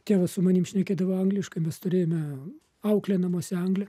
tėvas su manim šnekėdavo angliškai mes turėjome auklę namuose anglę